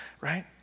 Right